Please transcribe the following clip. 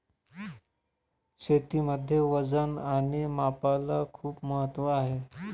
शेतीमध्ये वजन आणि मापाला खूप महत्त्व आहे